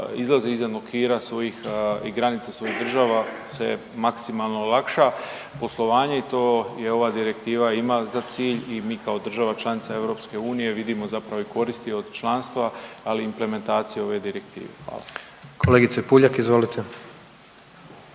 izlaze izvan okvira svojih i granica svojih država se maksimalno olakša poslovanje. I to je ova direktiva ima za cilj i mi kao država članica EU vidimo zapravo i koristi od članstva, ali i implementaciju ove direktive. Hvala. **Jandroković,